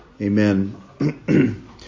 Amen